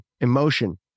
emotion